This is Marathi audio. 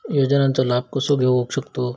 योजनांचा लाभ कसा घेऊ शकतू?